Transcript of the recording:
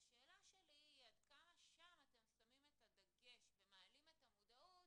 והשאלה שלי היא עד כמה שם אתם שמים את הדגש ומעלים את המודעות,